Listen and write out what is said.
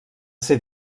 ser